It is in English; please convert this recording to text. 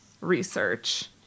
research